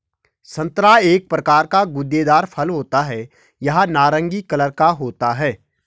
संतरा एक प्रकार का गूदेदार फल होता है यह नारंगी कलर का होता है